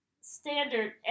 standard